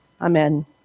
Amen